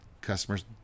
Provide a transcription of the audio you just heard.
customers